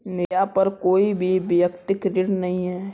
नेहा पर कोई भी व्यक्तिक ऋण नहीं है